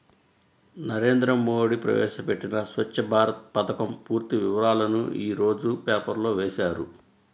నరేంద్ర మోడీ ప్రవేశపెట్టిన స్వఛ్చ భారత్ పథకం పూర్తి వివరాలను యీ రోజు పేపర్లో వేశారు